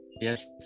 Yes